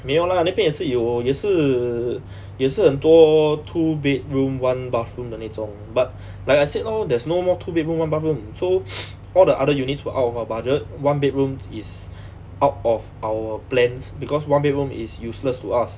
没有 lah 那边也是有也是也是很多 two bedroom one bathroom 的那种 but like I said lor there's no more two bedroom one bathroom so all the other units were out of our budget one bedroom is out of our plans because one bedroom is useless to us